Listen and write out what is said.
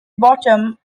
bottom